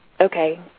okay